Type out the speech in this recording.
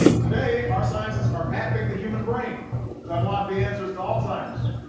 today, our scientists are mapping the human brain to unlock the answers to alzheimer's.